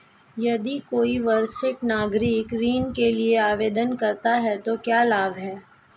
यदि कोई वरिष्ठ नागरिक ऋण के लिए आवेदन करता है तो क्या लाभ हैं?